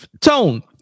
tone